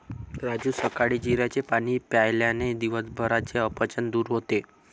राजू सकाळी जिऱ्याचे पाणी प्यायल्याने दिवसभराचे अपचन दूर होते